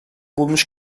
bulmuş